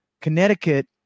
connecticut